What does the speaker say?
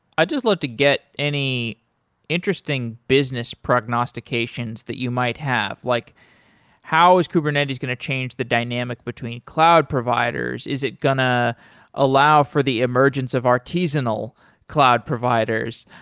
i just love to get any interesting business prognostications that you might have, like how is kubernetes going to change the dynamic between cloud providers? is it going to ah allow for the emergence of artisanal cloud providers?